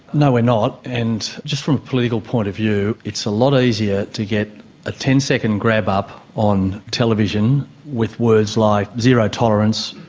no, we're not, and just from a political point of view it's a lot easier to get a ten second grab up on television with words like zero tolerance,